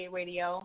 radio